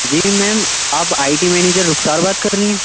جی ma'am آپ I T manager Rukhsar بات کر رہی ہیں